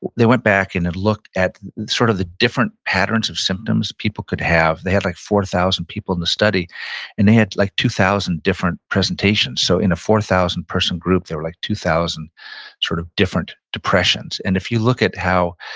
they went back and looked at sort of the different patterns of symptoms people could have, they had like four thousand people in the study and they had like two thousand different presentations, so in a four thousand person group there were like two thousand sort of different depressions and if you look at how,